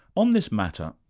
on this matter,